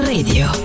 Radio